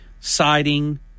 siding